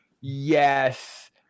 Yes